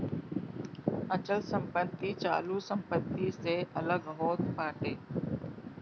अचल संपत्ति चालू संपत्ति से अलग होत बाटे